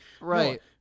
Right